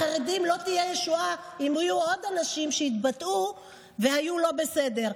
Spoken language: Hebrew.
לחרדים לא תהיה ישועה אם יהיו עוד אנשים שהתבטאו והיו לא בסדר.